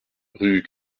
rue